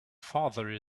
father